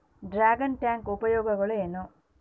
Dragon tank ಉಪಯೋಗಗಳೇನು?